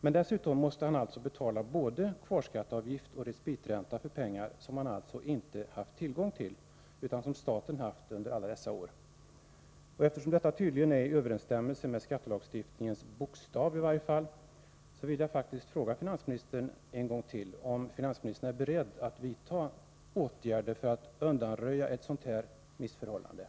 Företagaren måste alltså betala både kvarskatteavgift och respitränta för pengar som han under de här åren inte haft tillgång till, vilket staten däremot haft.